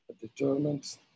determined